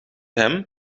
hem